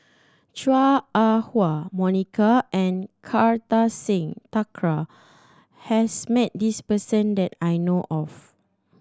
Chua Ah Huwa Monica and Kartar Singh Thakral has met this person that I know of